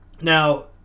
Now